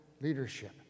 leadership